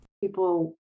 People